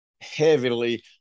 heavily